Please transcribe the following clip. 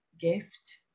gift